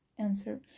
answer